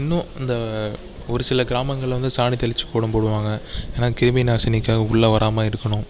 இன்னும் அந்த ஒருசில கிராமங்களில் வந்து சாணி தெளித்து கோலம் போடுவாங்க ஏன்னால் கிருமிநாசினிக்காக உள்ளே வராமல் இருக்கணும்